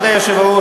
כבוד היושב-ראש,